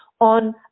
on